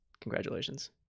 Congratulations